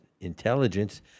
Intelligence